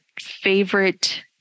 favorite